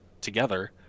together